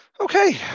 Okay